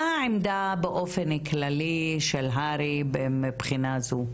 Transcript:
מה העמדה באופן כללי של הר"י מהבחינה הזו?